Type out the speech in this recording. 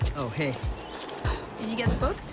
oh, hey. did you get the book?